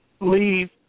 Leave